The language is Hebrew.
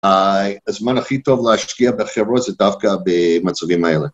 הזמן הכי טוב להשקיע בחברות זה דווקא במצבים האלה.